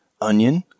onion